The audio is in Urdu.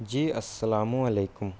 جی السلام علیکم